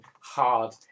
hard